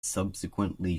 subsequently